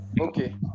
Okay